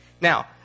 Now